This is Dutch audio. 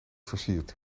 versiert